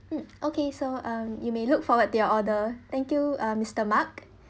mm okay so um you may look forward to your order thank you uh mister mark